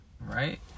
Right